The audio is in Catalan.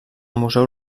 museu